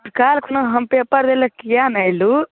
काल्हि खुना हम पेपर दै लऽ किआ नहि अयलहुँ